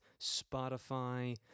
Spotify